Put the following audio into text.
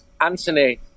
Anthony